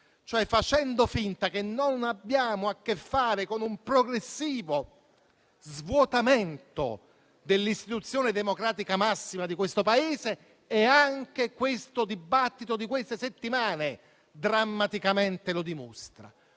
facendo finta che non abbiamo a che fare con un progressivo svuotamento dell'istituzione democratica massima di questo Paese e anche il dibattito di queste settimane drammaticamente lo dimostra.